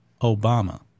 Obama